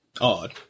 Odd